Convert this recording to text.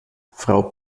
frau